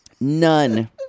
None